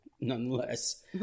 nonetheless